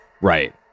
Right